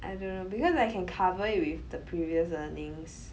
I don't know because I can cover it with the previous earnings